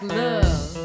love